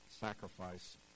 sacrifice